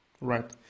Right